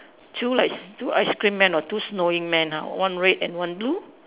two ice two ice cream man or two snowy man ha one red and one blue